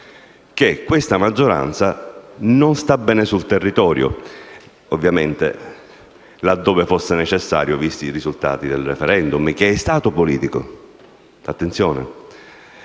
che questa maggioranza non è ben vista sul territorio, ovviamente laddove fosse necessario sottolinearlo, visti i risultati del *referendum*, che è stato politico. Attenzione: